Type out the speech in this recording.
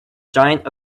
giant